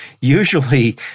usually